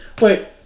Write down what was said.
Wait